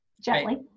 gently